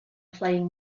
playing